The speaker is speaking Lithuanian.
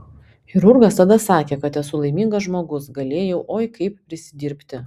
chirurgas tada sakė kad esu laimingas žmogus galėjau oi kaip prisidirbti